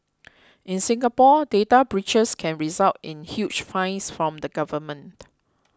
in Singapore data breaches can result in huge fines from the government